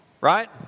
right